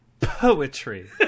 Poetry